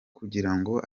kugirango